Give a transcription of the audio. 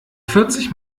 vierzig